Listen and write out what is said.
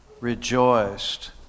rejoiced